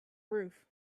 roof